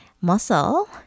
Muscle